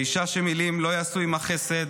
אישה שמילים לא יעשו אתה חסד,